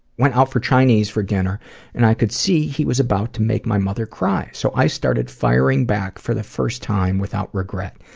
went out for chinese for dinner and i could see he was about to make my mother cry, so i started firing back for the first time without regret.